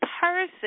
person